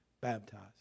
baptized